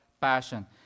passion